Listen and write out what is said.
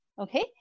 Okay